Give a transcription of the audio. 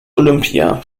olympia